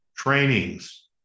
trainings